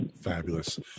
Fabulous